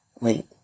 Wait